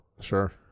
Sure